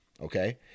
okay